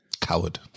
Coward